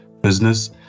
business